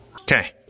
Okay